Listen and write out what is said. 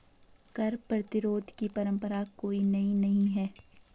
कर प्रतिरोध की परंपरा कोई नई नहीं है